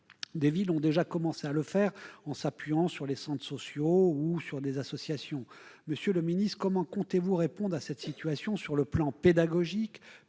Des villes l'ont déjà entreprise, en s'appuyant sur les centres sociaux ou des associations. Monsieur le ministre, comment comptez-vous répondre à cette situation sur les plans pédagogique,